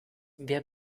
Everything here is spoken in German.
wer